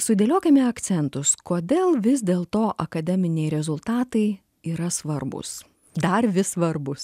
sudėliokime akcentus kodėl vis dėl to akademiniai rezultatai yra svarbūs dar vis svarbūs